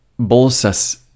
Bolsas